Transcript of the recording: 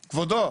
כבודו,